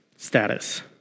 Status